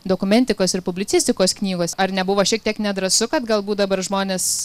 dokumentikos ir publicistikos knygos ar nebuvo šiek tiek nedrąsu kad galbūt dabar žmonės